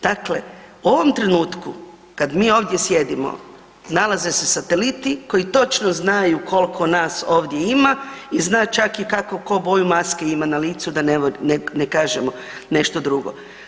Dakle, u ovom trenutku kad mi ovdje sjedimo, nalaze sateliti koji točno znaju koliko nas ovdje ima i zna čak i kako ko boju maske na licu da ne kažemo nešto drugo.